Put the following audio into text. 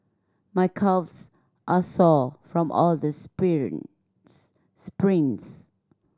my calves are sore from all the sprints